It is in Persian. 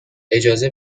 اجازه